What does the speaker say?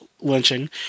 Lynching